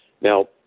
Now